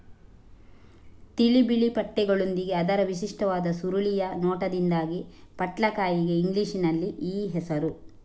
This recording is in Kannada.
ತಿಳಿ ಬಿಳಿ ಪಟ್ಟೆಗಳೊಂದಿಗೆ ಅದರ ವಿಶಿಷ್ಟವಾದ ಸುರುಳಿಯ ನೋಟದಿಂದಾಗಿ ಪಟ್ಲಕಾಯಿಗೆ ಇಂಗ್ಲಿಷಿನಲ್ಲಿ ಈ ಹೆಸರು